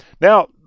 Now